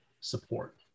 support